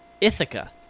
Ithaca